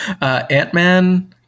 Ant-Man